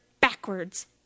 backwards